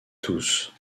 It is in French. tous